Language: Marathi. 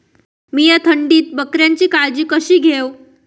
मीया थंडीत बकऱ्यांची काळजी कशी घेव?